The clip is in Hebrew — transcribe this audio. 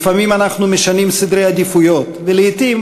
לפעמים אנחנו משנים סדרי עדיפויות ולעתים